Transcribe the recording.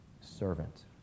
servant